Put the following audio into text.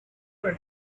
train